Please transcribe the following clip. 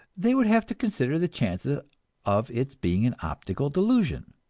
they would have to consider the chances of its being an optical delusion.